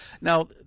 Now